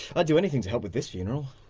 i'd do anything to help with this funeral.